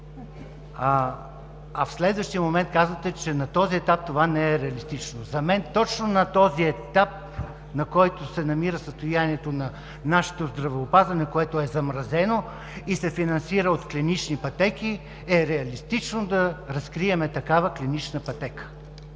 а в следващия момент казвате, че на този етап това не е реалистично. За мен точно на този етап, на който се намира нашето здравеопазване, което е замразено, и се финансира от клинични пътеки, е реалистично да разкрием такава клинична пътека.